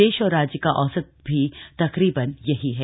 देश और राज्य का औसत भी तकरीबन यही है